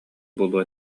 буолуо